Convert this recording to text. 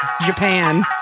Japan